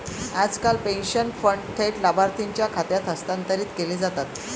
आजकाल pension fund थेट लाभार्थीच्या खात्यात हस्तांतरित केले जातात